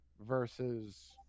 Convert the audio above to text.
versus